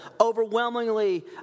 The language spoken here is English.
overwhelmingly